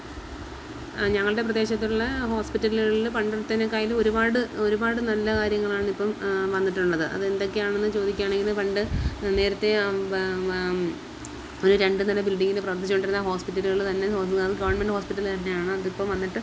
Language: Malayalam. അ ഞങ്ങളുടെ പ്രദേശത്തുള്ള ഹോസ്പിറ്റലുകളിൽ പണ്ടത്തതിനേക്കാളും ഒരുപാട് ഒരുപാട് നല്ല കാര്യങ്ങളാണിപ്പം വന്നിട്ടുള്ളത് ഏതെന്തൊക്കെയാണെന്നു ചോദിക്കുകയാണെങ്കിൽ പണ്ടു നേരത്തെ ആകുമ്പം ഒരു രണ്ടു നില ബിൽഡിങ്ങിൽ പ്രവർത്തിച്ചു കൊണ്ടിരുന്ന ഹോസ്പിറ്റലുകൾ തന്നെ നോയമ്പു നാത് അത് ഗവണ്മെൻറ്റ് ഹോസ്പിറ്റൽ തന്നെയാണ് അതിപ്പം വന്നിട്ട്